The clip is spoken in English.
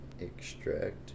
extract